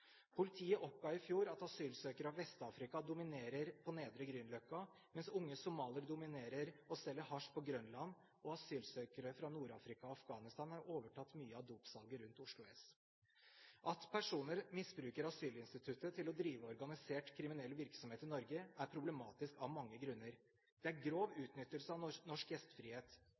Politiet oppga i fjor at asylsøkere fra Vest-Afrika dominerer på nedre Grünerløkka, mens unge somaliere dominerer og selger hasj på Grønland og asylsøkere fra Nord-Afrika og Afghanistan har overtatt mye av dopsalget rundt Oslo S. At personer misbruker asylinstituttet til å drive organisert kriminell virksomhet i Norge, er problematisk av mange grunner. Det er grov utnyttelse av norsk gjestfrihet.